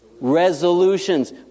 resolutions